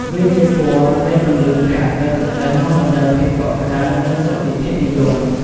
វាជាពណ៌នៃពន្លឺព្រះអាទិត្យ ដែលនាំមកនូវភាពកក់ក្តៅ និងសុទិដ្ឋិនិយម។